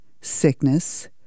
sickness